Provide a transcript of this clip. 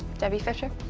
debbie fisher.